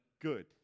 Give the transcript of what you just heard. good